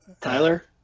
Tyler